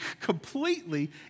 completely